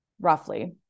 roughly